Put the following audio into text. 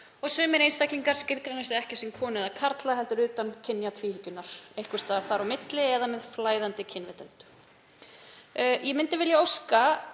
og sumir einstaklingar skilgreina sig ekki sem konur eða karla heldur utan kynjatvíhyggjunnar, einhvers staðar þar á milli eða með flæðandi kynvitund. Ég myndi vilja óska